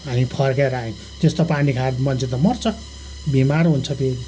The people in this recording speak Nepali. हामी फर्केर अयौँ त्यस्तो पानी खाएर त मन्छे त मर्छ बिमार हुन्छ फेरि